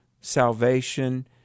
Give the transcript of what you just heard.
salvation